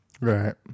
Right